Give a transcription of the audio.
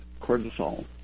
cortisol